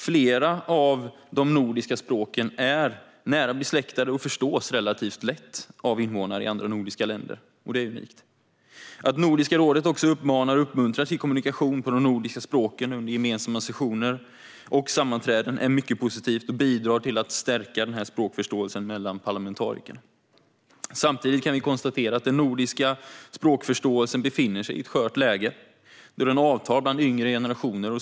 Flera av de nordiska språken är nära besläktade och förstås relativt lätt av invånare i andra nordiska länder, vilket är unikt. Att Nordiska rådet också uppmanar och uppmuntrar till kommunikation på de nordiska språken under gemensamma sessioner och sammanträden är mycket positivt och bidrar till att stärka språkförståelsen mellan parlamentarikerna. Samtidigt kan vi konstatera att den nordiska språkförståelsen befinner sig i ett skört läge, då den avtar bland yngre generationer.